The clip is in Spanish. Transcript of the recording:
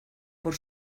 por